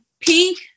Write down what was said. Pink